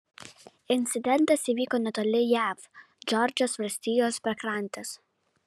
incidentas įvyko netoli jav džordžijos valstijos pakrantės